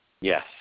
Yes